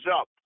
up